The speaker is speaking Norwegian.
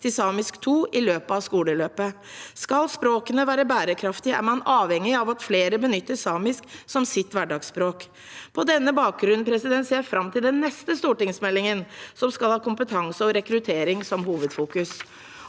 til samisk 2 i løpet av skoleløpet. Skal språkene være bærekraftige, er man avhengig av at flere benytter samisk som sitt hverdagsspråk. På denne bakgrunn ser jeg fram til den neste stortingsmeldingen, som skal ha kompetanse og rekruttering som hovedfokus.